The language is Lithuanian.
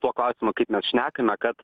tuo klausimu kaip mes šnekame kad